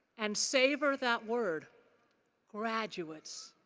and savor that word graduates.